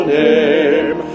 name